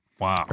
Wow